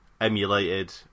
emulated